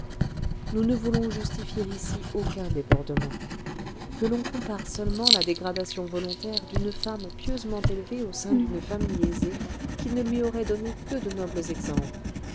nous ne voulons justifier ici aucun débordement que l'on compare seulement la dégradation volontaire d'une femme pieusement élevée au sein d'une famille aisée qui ne lui aurait donné que de nobles exemples